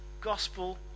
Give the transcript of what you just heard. gospel